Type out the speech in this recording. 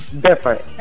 different